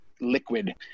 liquid